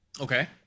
Okay